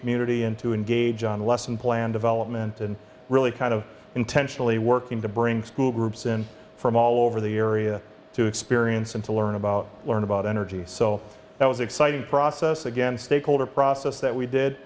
community and to engage on lesson plan development and really kind of intentionally working to bring school groups in from all over the area to experience and to learn about learn about energy so that was exciting process again stakeholder process that we